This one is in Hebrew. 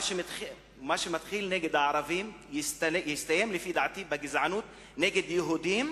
מה שמתחיל נגד הערבים יסתיים לפי דעתי בגזענות נגד יהודים